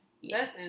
Yes